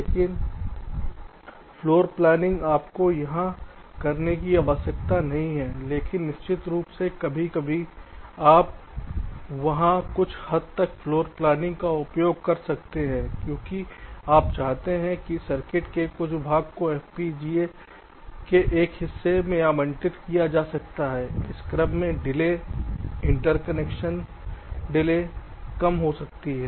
लेकिन फ्लोरप्लानिंग आपको वहां करने की आवश्यकता नहीं है लेकिन निश्चित रूप से कभी कभी आप वहां कुछ हद तक फ्लोरप्लानिंग का उपयोग कर सकते हैं क्योंकि आप चाहते हैं कि सर्किट के कुछ भाग को एफपीजीए के एक हिस्से में आवंटित किया जा सकता है इस क्रम में delay interconnection Delay Interconnection delay कम होती है